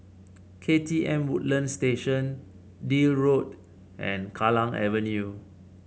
K T M Woodlands Station Deal Road and Kallang Avenue